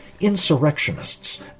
insurrectionists